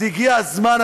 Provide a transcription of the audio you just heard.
אז הגיע הזמן,